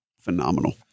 phenomenal